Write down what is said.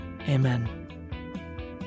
Amen